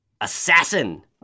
assassin